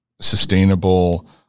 sustainable